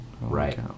Right